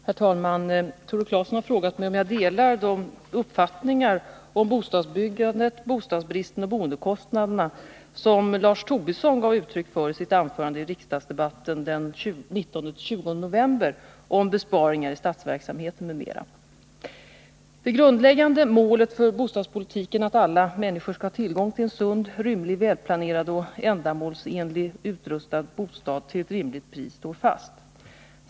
Herr talman! Tore Claeson har frågat mig om jag delar de uppfattningar om bostadsbyggandet, bostadsbristen och boendekostnaderna som Lars Tobisson gav uttryck för i sitt anförande i riksdagsdebatten den 19-20 november om besparingar i statsverksamheten m.m. Det grundläggande målet för bostadspolitiken att alla människor skall ha tillgång till en sund, rymlig, välplanerad och ändamålsenligt utrustad bostad till ett rimligt pris står fast.